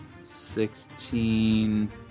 sixteen